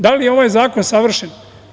Da li je ovaj zakon savršen?